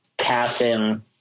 passing